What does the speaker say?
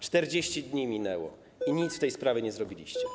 40 dni minęło i nic w tej sprawie nie zrobiliście.